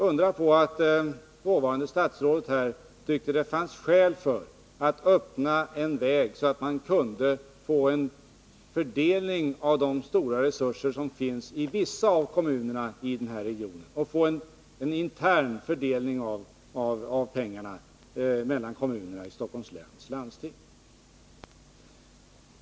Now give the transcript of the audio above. Undra på att dåvarande statsrådet tyckte att det fanns skäl att öppna en väg för att åstadkomma en fördelning av de stora resurser som finns i vissa av kommunerna i den här regionen! Det gjorde man alltså för att få till stånd en intern fördelning av pengarna mellan kommunerna i Stockholms läns landsting.